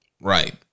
Right